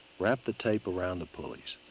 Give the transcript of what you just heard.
wrap the tape around the pulleys.